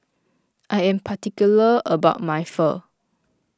I am particular about my phone